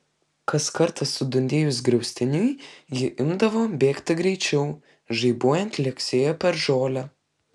kas kartą sudundėjus griaustiniui ji imdavo bėgti greičiau žaibuojant liuoksėjo per žolę